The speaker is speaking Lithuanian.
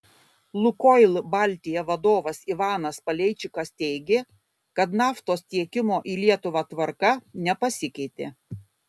lukoil baltija vadovas ivanas paleičikas teigė kad naftos tiekimo į lietuvą tvarka nepasikeitė